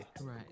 Right